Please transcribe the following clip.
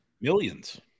Millions